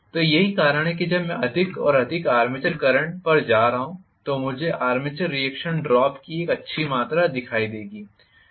तो यही कारण है कि जब मैं अधिक और अधिक आर्मेचर करंट पर जा रहा हूं तो मुझे आर्मेचर रिएक्शन ड्रॉप की एक अच्छी मात्रा दिखाई देगी